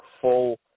full